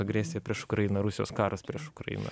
agresija prieš ukrainą rusijos karas prieš ukrainą